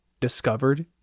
discovered